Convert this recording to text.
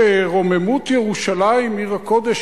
שרוממות ירושלים עיר הקודש,